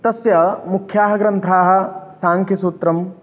तस्य मुख्याः ग्रन्थाः साङ्ख्यसूत्रं